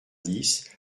dix